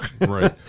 Right